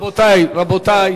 שמענו הרבה דברים פה, רובם שגיאות,